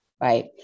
right